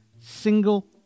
single